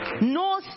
No